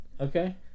okay